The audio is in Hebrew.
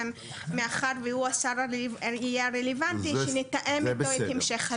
מאחר והוא השר הרלבנטי שנתאם אתו את המשך התהליך.